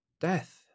death